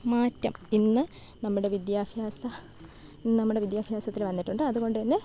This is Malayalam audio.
മാറ്റം ഇന്ന് നമ്മുടെ വിദ്യാഭ്യാസ നമ്മുടെ വിദ്യാഭ്യാസത്തിന് വന്നിട്ടുണ്ട് അതുകൊണ്ട് തന്നെ